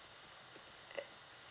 err